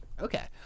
okay